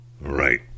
Right